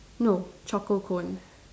no choco cone